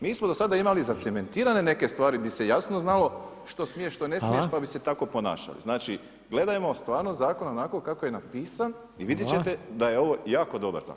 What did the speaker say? Mi smo do sada imali zacementirane neke stvari di se jasno znalo što smiješ, što ne smiješ pa bi se tako ponašali, znači gledajmo stvarno zakon onako kako je napisan i vidjet ćete da je ovo jako dobar zakon.